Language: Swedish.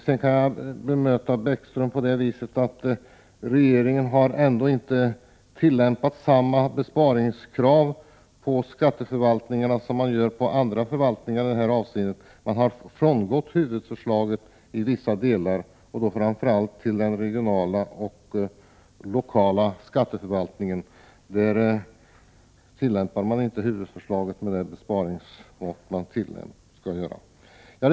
Jag kan bemöta Lars Bäckström med kommentaren att regeringen ändå inte har tillämpat samma besparingskrav på skatteförvaltningarna som man gör på andra förvaltningar i det här avseendet. Man har frångått huvudförslaget i vissa delar, och då framför allt till den regionala och lokala skatteförvaltningen. Där tillämpar man inte huvudförslaget med det besparingsmått som hör till.